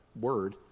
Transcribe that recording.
word